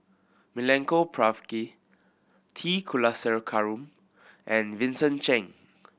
Milenko Prvacki T Kulasekaram and Vincent Cheng